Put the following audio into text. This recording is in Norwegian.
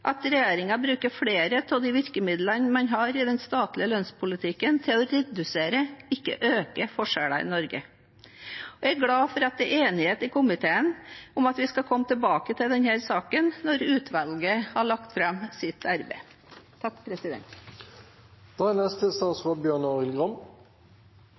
at regjeringen bruker flere av de virkemidlene man har i den statlige lønnspolitikken, til å redusere – ikke øke – forskjellene i Norge. Jeg er glad for at det er enighet i komiteen om at vi skal komme tilbake til denne saken når utvalget har lagt fram sitt arbeid.